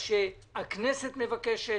את מה שהכנסת מבקשת,